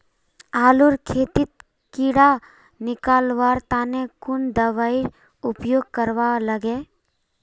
आलूर खेतीत कीड़ा निकलवार तने कुन दबाई उपयोग करवा लगे?